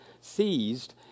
seized